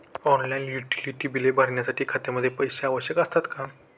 Online utility बिले भरण्यासाठी खात्यामध्ये पैसे आवश्यक असतात का?